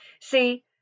see